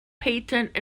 patent